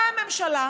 באה הממשלה,